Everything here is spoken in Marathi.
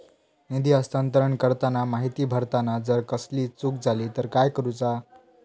निधी हस्तांतरण करताना माहिती भरताना जर कसलीय चूक जाली तर काय करूचा?